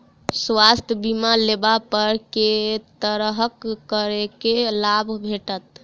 स्वास्थ्य बीमा लेबा पर केँ तरहक करके लाभ भेटत?